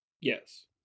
Yes